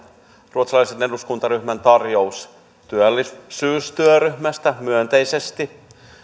ruotsalaisen eduskuntaryhmän tarjouksen työllisyystyöryhmästä myönteisesti